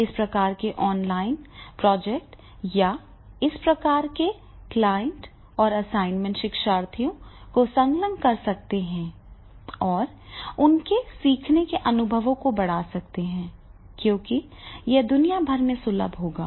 इस प्रकार के ऑनलाइन प्रोजेक्ट या इस प्रकार के क्लाइंट और असाइनमेंट शिक्षार्थियों को संलग्न कर सकते हैं और उनके सीखने के अनुभवों को बढ़ा सकते हैं क्योंकि यह दुनिया भर में सुलभ होगा